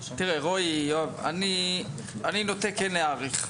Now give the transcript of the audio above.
רועי ויואב, אני נוטה כן להאריך.